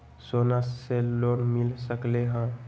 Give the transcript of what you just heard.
सोना से लोन मिल सकलई ह?